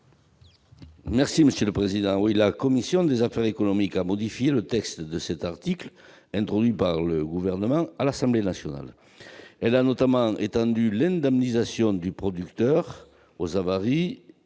est à M. Roland Courteau. La commission des affaires économiques a modifié la rédaction de cet article introduit par le Gouvernement à l'Assemblée nationale. Elle a notamment étendu l'indemnisation du producteur aux avaries